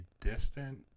distant